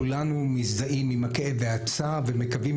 כולנו מזדהים עם הכאב והצער ומקווים,